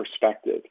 perspective